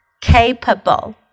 capable